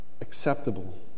acceptable